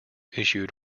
issued